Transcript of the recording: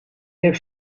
heeft